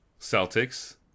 Celtics